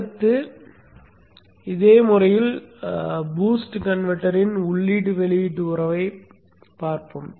அடுத்து இதே முறையில் பூஸ்ட் கன்வெர்ட்டரின் உள்ளீட்டு வெளியீட்டு உறவை எடுப்போம்